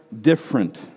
different